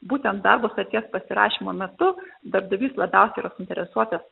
būtent darbo sutarties pasirašymo metu darbdavys labiausiai yra suinteresuotas